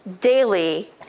daily